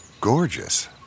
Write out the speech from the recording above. gorgeous